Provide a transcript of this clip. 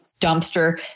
dumpster